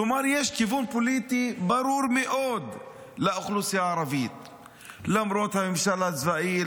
כלומר לאוכלוסייה הערבית יש כיוון פוליטי ברור מאוד למרות הממשל הצבאי,